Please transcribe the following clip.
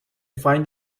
find